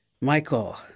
Michael